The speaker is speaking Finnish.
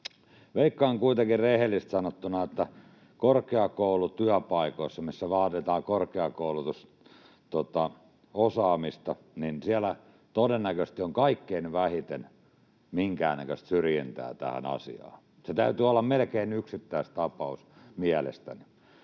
Veikkaan kuitenkin rehellisesti sanottuna, että korkeakoulutyöpaikoissa, missä vaaditaan korkeakouluosaamista, todennäköisesti on kaikkein vähiten minkäännäköistä syrjintää tähän asiaan. Sen täytyy olla melkein yksittäistapaus mielestäni.